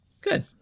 Good